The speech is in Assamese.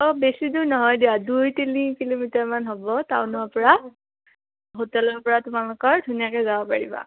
অঁ বেছি দূৰ নহয় দিয়া দুই তিনি কিলোমিটাৰমান হ'ব টাউনৰ পৰা হোটেলৰ পৰা তোমালোকৰ ধুনীয়াকে যাব পাৰিবা